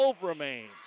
remains